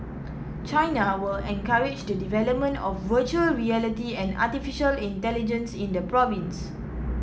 China will encourage the development of virtual reality and artificial intelligence in the province